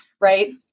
right